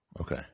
Okay